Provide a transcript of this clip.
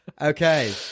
Okay